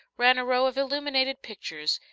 ran a row of illuminated pictures,